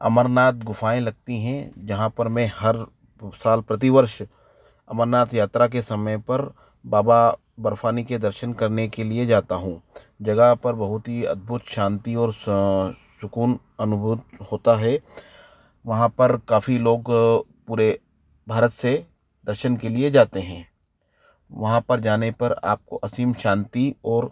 अमरनाथ गुफ़ाऍं लगती हैं जहाँ पर मैं हर साल प्रतिवर्ष अमरनाथ यात्रा के समय पर बाबा बर्फानी के दर्शन करने के लिए जाता हूँ जगह पर बहुत ही अद्भुत शांति और सुकून अनुभूत होता है वहाँ पर काफ़ी लोग पूरे भारत से दर्शन के लिए जाते हैं वहाँ पर जाने पर आपको असीम शांति और